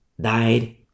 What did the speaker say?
died